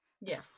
Yes